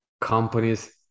companies